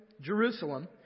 Jerusalem